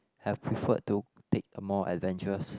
have preferred to take a more adventurous